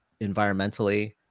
environmentally